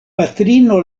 patrino